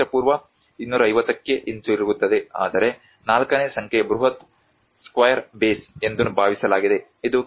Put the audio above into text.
ಪೂ 250 ಕ್ಕೆ ಹಿಂದಿರುಗುತ್ತದೆ ಆದರೆ 4 ನೇ ಸಂಖ್ಯೆ ಬೃಹತ್ ಸ್ಕ್ವೇರ್ ಬೇಸ್ ಎಂದು ಭಾವಿಸಲಾಗಿದೆ ಇದು ಕ್ರಿ